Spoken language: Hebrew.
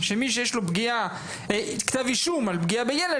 שמי שיש לי כתב אישום בגין פגיעה בילד,